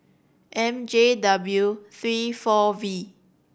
M J W three four V